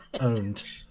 Owned